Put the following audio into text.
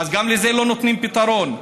גם לזה לא נותנים פתרון.